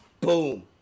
Boom